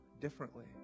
differently